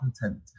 Content